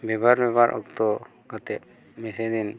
ᱵᱮᱵᱷᱟᱨ ᱵᱮᱵᱷᱟᱨ ᱚᱠᱛᱚ ᱠᱟᱛᱮᱫ ᱵᱮᱥᱤ ᱫᱤᱱ